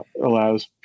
allows